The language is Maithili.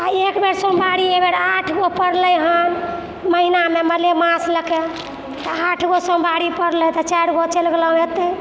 आओर एकबेर सोमवारी एहिबेर आठगो पड़लै हँ महिनामे मलेमास लऽ कऽ तऽ आठगो सोमवारी पड़लै तऽ चारिगो चलि गेलहुँ एतऽ